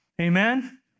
Amen